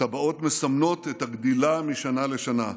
הטבעות מסמנות את הגדילה משנה לשנה,